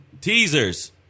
Teasers